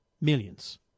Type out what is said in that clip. millions